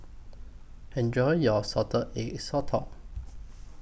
Enjoy your Salted Egg Sotong